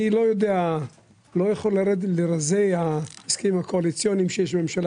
אני לא יכול לרדת לרזי ההסכמים הקואליציוניים שיש בממשלה